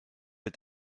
est